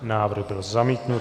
Návrh byl zamítnut.